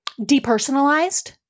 depersonalized